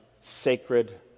sacred